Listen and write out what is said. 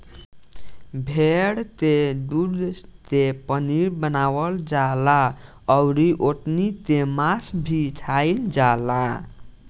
भेड़ के दूध के पनीर बनावल जाला अउरी ओकनी के मांस भी खाईल जाला